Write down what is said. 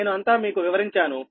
నేను అంతా మీకు వివరించాను